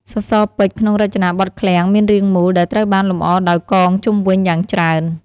សសរពេជ្រក្នុងរចនាបថឃ្លាំងមានរាងមូល ដែលត្រូវបានលម្អដោយកងជុំវិញយ៉ាងច្រើន។